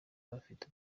bafite